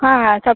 ಹಾಂ ಸಪ್